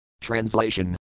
Translation